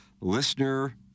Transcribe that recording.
listener